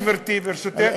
גברתי, ברשותך.